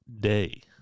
day